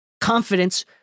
confidence